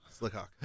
SlickHawk